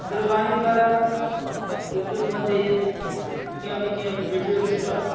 दूरवाणी द्वारा यूटूब् मध्ये यत् किमपि किमपि विड्यो दृष्ट्वा